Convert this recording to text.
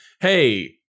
Hey